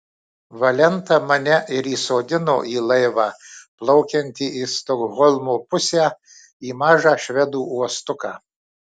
valenta mane ir įsodino į laivą plaukiantį į stokholmo pusę į mažą švedų uostuką